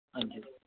हां जी